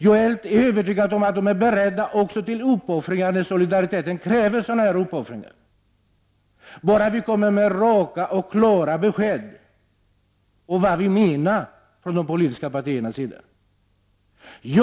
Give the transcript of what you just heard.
Jag är helt övertygad om att det svenska folket är berett till uppoffringar när solidariteten kräver sådana, bara vi kommer med raka, klara besked och förklarar vad vi från de politiska partiernas sida menar.